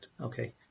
okay